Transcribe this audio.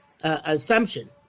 assumption